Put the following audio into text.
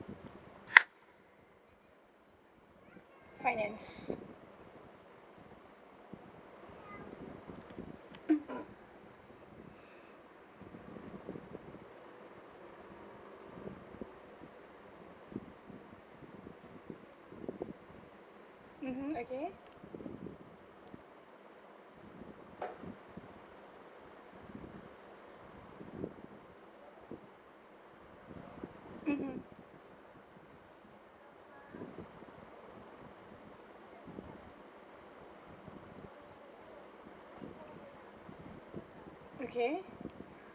finance mmhmm okay mmhmm okay